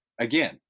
Again